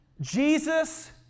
Jesus